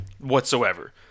whatsoever